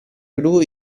gru